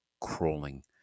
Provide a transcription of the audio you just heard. crawling